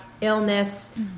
illness